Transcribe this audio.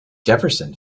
jefferson